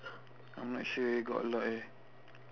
I'm not sure eh got a lot eh